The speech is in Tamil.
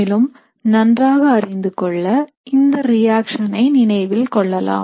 மேலும் நன்றாக அறிந்துகொள்ள இந்த ரியாக்ஷனை நினைவில் கொள்ளலாம்